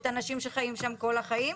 את האנשים שחיים שם של החיים.